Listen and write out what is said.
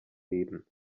lebens